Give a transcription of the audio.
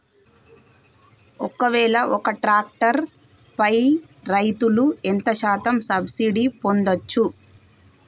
ఒక్కవేల ఒక్క ట్రాక్టర్ పై రైతులు ఎంత శాతం సబ్సిడీ పొందచ్చు?